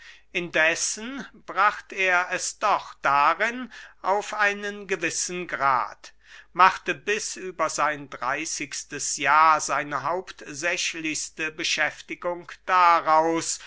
indessen bracht er es doch darin auf einen gewissen grad machte bis über sein dreyßigstes jahr seine hauptsächlichste beschäftigung daraus